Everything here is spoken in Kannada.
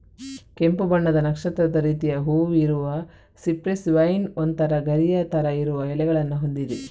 ಕೆಂಪು ಬಣ್ಣದ ನಕ್ಷತ್ರದ ರೀತಿಯ ಹೂವು ಇರುವ ಸಿಪ್ರೆಸ್ ವೈನ್ ಒಂತರ ಗರಿಯ ತರ ಇರುವ ಎಲೆಗಳನ್ನ ಹೊಂದಿದೆ